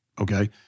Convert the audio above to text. Okay